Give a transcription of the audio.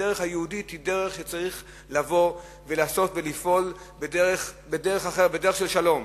הדרך היהודית היא דרך שצריך לבוא ולעשות ולפעול בדרך של שלום,